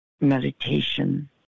meditation